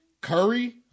Curry